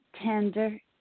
tender